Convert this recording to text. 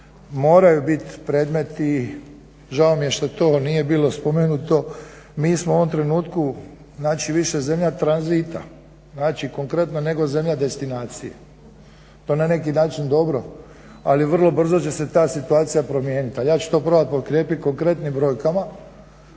moraju bit predmeti, žao mi je što to nije bilo spomenuto, mi smo u ovom trenutku znači više zemlja tranzita, znači konkretno nego zemlja destinacije. To je na neki način dobro, ali vrlo brzo će se ta situacija promijenit. Ali ja ću to probat potkrijepit konkretnim brojkama,